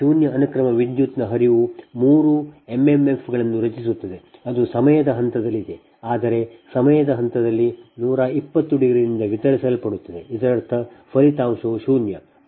ಶೂನ್ಯ ಅನುಕ್ರಮ ವಿದ್ಯುತ್ನ ಹರಿವು ಮೂರು ಎಂಎಂಎಫ್ಗಳನ್ನು ರಚಿಸುತ್ತದೆ ಅದು ಸಮಯದ ಹಂತ ದಲ್ಲಿದೆ ಆದರೆ ¸ಸಮಯದ ಹಂತದಲ್ಲಿ 120 ನಿಂದ ವಿತರಿಸಲ್ಪಡುತ್ತದೆ ಇದರರ್ಥ ಫಲಿತಾಂಶವು ಶೂನ್ಯ